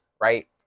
right